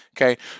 Okay